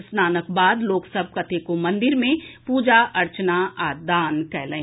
स्नानक बाद लोक सभ कतेको मंदिर मे पूजा अर्चना आ दान कयलनि